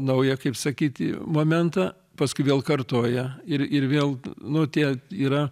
naują kaip sakyti momentą paskui vėl kartoja ir ir vėl nu tie yra